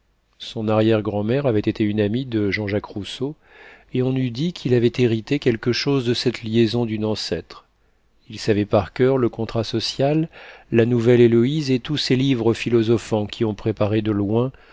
son arrière grandmère avait été une amie de j j rousseau et on eût dit qu'il avait hérité quelque chose de cette liaison d'une ancêtre il savait par coeur le contrat social la nouvelle héloïse et tous ces livres philosophants qui ont préparé de loin